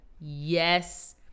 yes